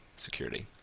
security.